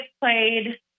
played